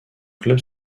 club